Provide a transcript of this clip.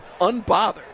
unbothered